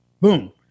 Boom